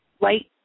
Light